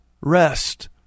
rest